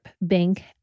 Bank